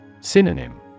Synonym